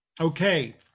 Okay